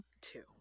two